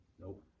Nope